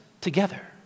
together